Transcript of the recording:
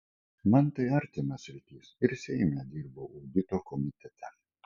man tai artima sritis ir seime dirbau audito komitete